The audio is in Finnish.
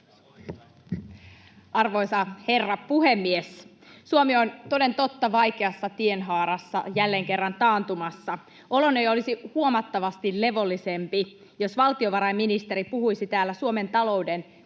Arvoisa herra puhemies! Suomi on toden totta vaikeassa tienhaarassa, jälleen kerran taantumassa. Oloni olisi huomattavasti levollisempi, jos valtiovarainministeri puhuisi täällä Suomen talouden